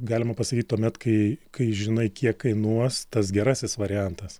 galima pasakyt tuomet kai kai žinai kiek kainuos tas gerasis variantas